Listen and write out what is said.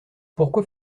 pourquoi